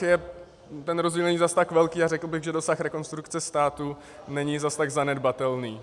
Čili ten rozdíl není zase tak velký a řekl bych, že dosah Rekonstrukce státu není zase tak zanedbatelný.